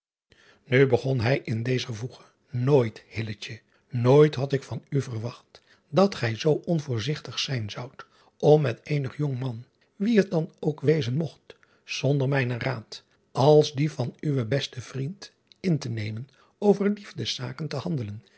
u begon hij in dezer voege ooit nooit had ik van u verwacht dat gij zoo onvoorzigtig zijn zoudt om met eenig jongman wie het dan ook wezen mogt zonder mijnen raad als dien van uwen besten vriend in te nemen over liefdeszaken te handelen